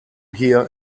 hear